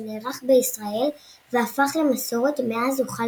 שנערך בישראל והפך למסורת מאז הוחל